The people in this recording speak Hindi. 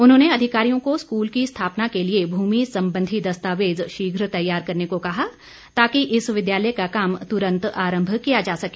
उन्होंने अधिकारियों को स्कूल की स्थापना के लिए भूमि संबंधी दस्तावेज शीघ्र तैयार करने को कहा ताकि इस विद्यालय का काम तुरंत आरम्भ किया जा सके